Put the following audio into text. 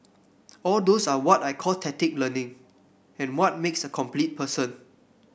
all those are what I call tacit learning and what makes a complete person